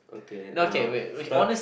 okay uh starts